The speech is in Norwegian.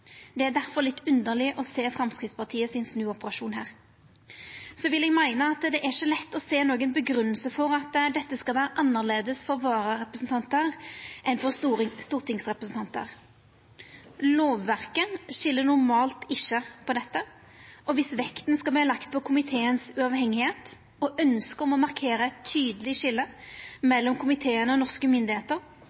Det er difor litt underleg å sjå snuoperasjonen frå Framstegspartiet her. Så vil eg meina at det ikkje er lett å sjå noka grunngjeving for at dette skal vera annleis for vararepresentantar enn for stortingsrepresentantar. Lovverket skil normalt ikkje på dette, og viss vekta skal leggjast på komiteen sitt sjølvstende og ønsket om å markera eit tydeleg skilje mellom komiteen og norske myndigheiter,